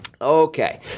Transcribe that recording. Okay